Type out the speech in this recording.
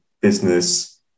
business